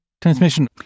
transmission